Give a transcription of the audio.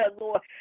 Lord